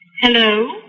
Hello